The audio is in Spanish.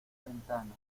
ventana